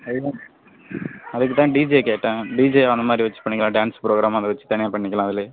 அதுக்கு தான் அதுக்கு தான் டிஜே கேட்டேன் டிஜே அந்த மாதிரி வெச்சு பண்ணிக்கிலாம் டான்ஸ் புரோகிராம் அதை வெச்சு தனியாக பண்ணிக்கலாம் அதில்